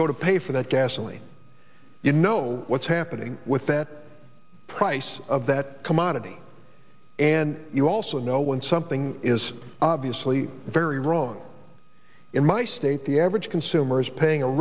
go to pay for that gasoline you know what's happening with that price of that commodity and you also know when something is obviously very wrong in my state the average consumer is paying a